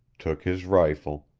took his rifle,